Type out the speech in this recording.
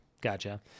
Gotcha